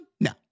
No